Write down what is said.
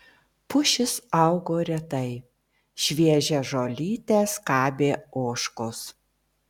pušys augo retai šviežią žolytę skabė ožkos